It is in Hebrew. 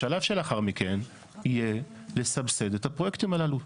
השלב שלאחר מכן יהיה לסבסד את הפרויקטים הללו.